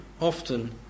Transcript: often